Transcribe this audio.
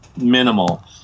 minimal